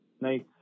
nice